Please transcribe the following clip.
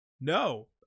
No